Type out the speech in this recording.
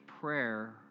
prayer